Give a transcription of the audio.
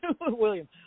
William